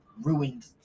ruined